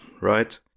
right